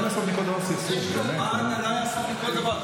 די לעשות מכל דבר סכסוך, באמת, נו.